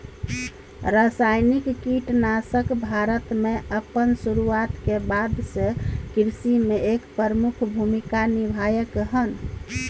रासायनिक कीटनाशक भारत में अपन शुरुआत के बाद से कृषि में एक प्रमुख भूमिका निभलकय हन